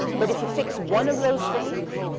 but if you fix one of those things,